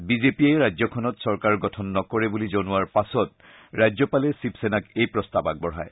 বিজেপিয়ে ৰাজ্যখনত চৰকাৰ গঠন নকৰে বুলি জনোৱাৰ পাছত ৰাজ্যপালে শিৱসেনাক এই প্ৰস্তাৱ আগবঢ়ায়